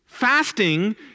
fasting